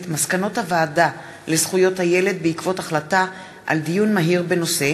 מסקנות הוועדה לזכויות הילד בעקבות דיון מהיר בהצעה